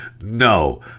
No